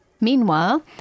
Meanwhile